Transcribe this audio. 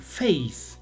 faith